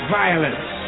violence